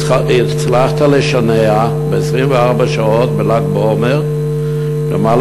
הצלחת לשנע ב-24 שעות בל"ג בעומר למעלה